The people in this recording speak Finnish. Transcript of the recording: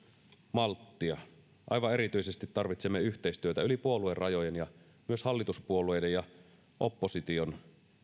malttia aivan erityisesti tarvitsemme yhteistyötä yli puoluerajojen ja myös hallituspuolueiden ja opposition